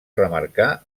remarcar